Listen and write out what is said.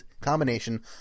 combination